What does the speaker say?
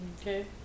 Okay